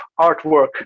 artwork